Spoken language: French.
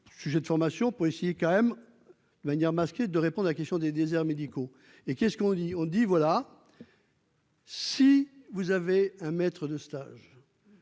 sujet de formation pour essayer quand même de manière masquée de répondre à la question des déserts médicaux et qu'est ce qu'on dit on dit voilà. Si vous avez un maître de stage.